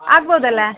ಆಗ್ಬೋದಲ್ಲ